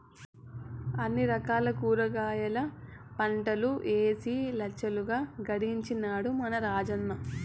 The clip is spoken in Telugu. అన్ని రకాల కూరగాయల పంటలూ ఏసి లచ్చలు గడించినాడ మన రాజన్న